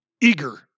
eager